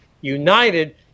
united